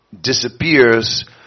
disappears